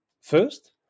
first